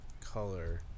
Color